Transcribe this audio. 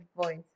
voice